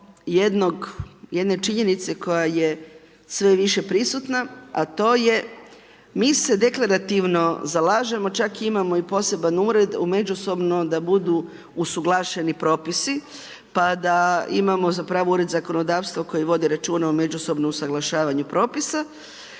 jedne činjenice koja je sve više prisutna, a to je mi se deklarativno zalažemo, čak imamo i poseban ured međusobno da budu usuglašeni propisi pa da imamo zapravo ured zakonodavstva koji vodi računa o međusobnom usuglašavanju propisa,